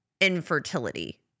infertility